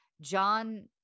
John